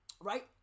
right